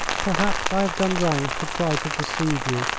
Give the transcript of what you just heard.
perhaps i have done wrong to try to deceive you,